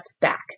back